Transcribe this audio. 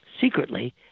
secretly